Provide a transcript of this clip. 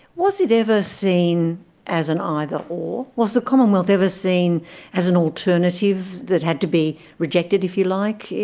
was it ever seen as an either or? was the commonwealth ever seen as an alternative that had to be rejected, if you like,